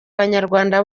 banyarwanda